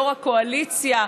יו"ר הקואליציה,